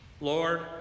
Lord